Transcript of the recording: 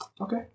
Okay